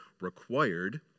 required